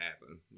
happen